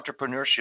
entrepreneurship